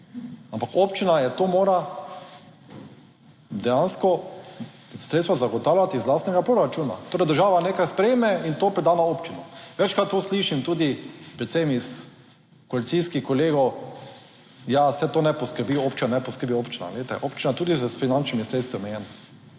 Ampak občina je to, mora, dejansko sredstva zagotavljati iz lastnega proračuna, torej država nekaj sprejme in to preda na občino. Večkrat to slišim tudi predvsem iz koalicijskih kolegov, ja, saj to ne poskrbi občina, ne poskrbi občina, glejte, občina je tudi s finančnimi sredstvi omejena